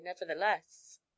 nevertheless